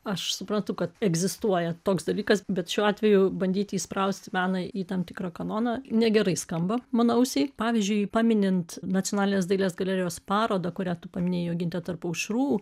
aš suprantau kad egzistuoja toks dalykas bet šiuo atveju bandyti įsprausti meną į tam tikrą kanoną negerai skamba mano ausiai pavyzdžiui paminint nacionalinės dailės galerijos parodą kurią tu paminėjai joginte tarp aušrų